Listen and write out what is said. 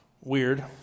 weird